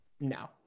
No